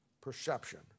perception